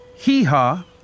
Hee-haw